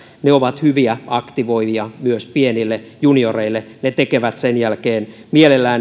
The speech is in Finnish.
ne ovat hyviä aktivoijia myös pienille junioreille ne tekevät sen jälkeen mielellään